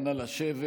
אנא לשבת.